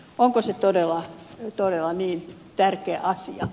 onko se todella niin tärkeä asia